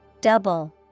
Double